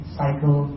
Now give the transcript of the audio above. cycle